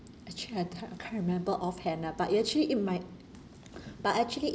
actually I can't I can't remember off hand lah but ya actually it might but actually